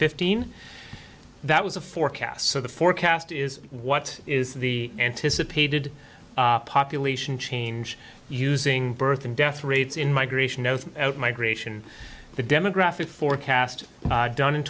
fifteen that was a forecast so the forecast is what is the anticipated population change using birth and death rates in migration over migration the demographic forecast done in